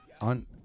on